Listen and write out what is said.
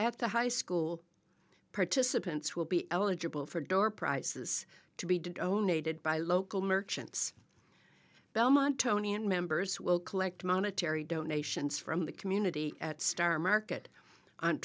at the high school participants will be eligible for door prizes to be did only did by local merchants belmont tony and members will collect monetary donations from the community at star market